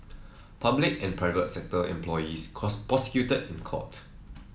public and private sector employees cause prosecuted in court